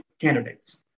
candidates